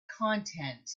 content